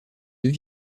deux